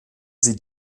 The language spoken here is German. sie